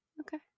Okay